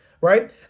right